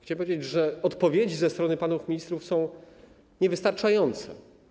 Chciałbym powiedzieć, że odpowiedzi ze strony panów ministrów są niewystarczające.